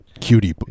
cutie